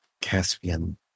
Caspian